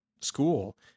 school